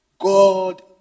God